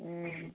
হুম